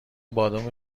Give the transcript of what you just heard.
بادام